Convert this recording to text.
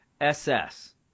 SS